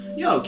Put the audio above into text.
yo